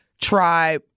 try